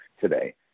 today